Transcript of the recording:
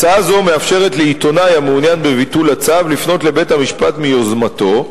הצעה זו מאפשרת לעיתונאי המעוניין בביטול הצו לפנות לבית-המשפט מיוזמתו,